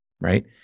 right